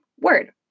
word